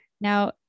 Now